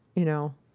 you know,